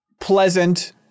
pleasant